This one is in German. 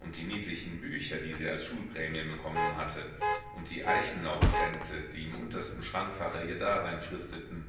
und die niedlichen bücher die sie als schulprämien bekommen hatte und die eichenlaubkränze die im untersten schrankfache ihr dasein fristeten